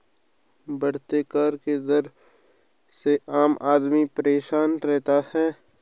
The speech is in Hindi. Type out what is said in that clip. बढ़ते कर के दर से आम आदमी परेशान रहता है